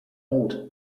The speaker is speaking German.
mut